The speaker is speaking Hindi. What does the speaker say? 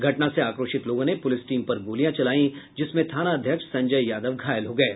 घटना से आक्रोशित लोगों ने प्रलिस टीम पर गोलियां चलायी जिसमें थानाध्यक्ष संजय यादव घायल हो गये